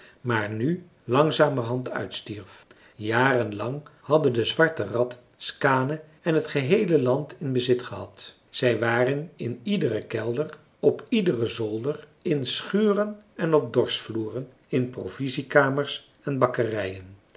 maar nu langzamerhand uitstierf jaren lang hadden de zwarte ratten skaane en t geheele land in bezit gehad zij waren in iederen kelder op iederen zolder in schuren en op dorschvloeren in provisiekamers en bakkerijen